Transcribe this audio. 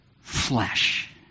flesh